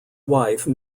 wife